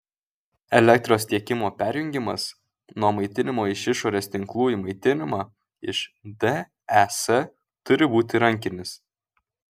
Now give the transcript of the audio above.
elektros tiekimo perjungimas nuo maitinimo iš išorės tinklų į maitinimą iš des turi būti rankinis